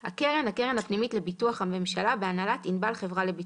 "הקרן" - הקרן הפנימית לביטוחי הממשלה בהנהלת ענבל חברה לביטוח."